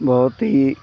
बहुत ही